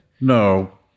No